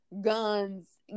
guns